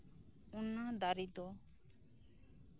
ᱚᱱᱟ ᱫᱟᱨᱮ ᱫᱚ